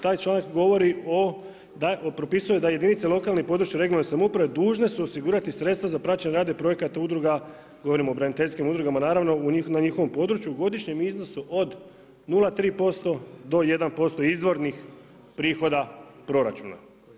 Taj članak govori o, propisuje da jedinice lokalne i područne (regionalne) samouprave dužne su osigurati sredstva za praćenje rada i projekata udruga, govorim o braniteljskim udrugama naravno na njihovom području u godišnjem iznosu od 0,3% do 1% izvornih prihoda proračuna.